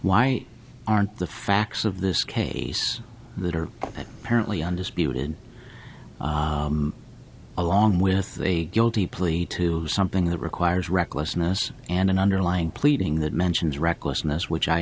why aren't the facts of this case that are apparently undisputed along with the guilty plea to something that requires recklessness and an underlying pleading that mentions recklessness which i